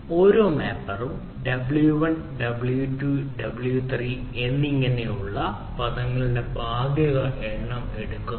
ഓരോ മാപ്പറും w 1 w 2 w 3 എന്നിങ്ങനെയുള്ള പദങ്ങളുടെ ഭാഗിക എണ്ണം ചെയ്യുന്നു